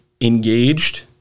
engaged